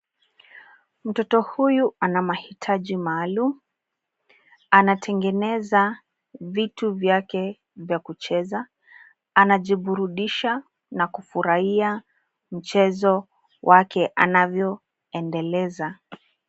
Mtoto huyu ana mahitaji maalum. Anatengeneza vitu vyake vya kucheza. Anajiburudisha na kufurahia mchezo wake anavyoendeleza.